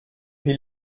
wie